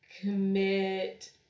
commit